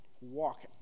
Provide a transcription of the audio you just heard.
walk